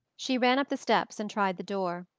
she ran up the steps and tried the door.